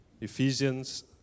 Ephesians